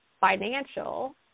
financial